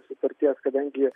sutarties kadangi